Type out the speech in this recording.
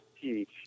teach